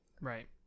Right